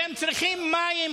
והם צריכים מים,